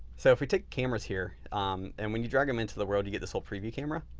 so, if we take cameras here and when you drag them into the world, you get this whole preview camera